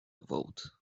vote